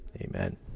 amen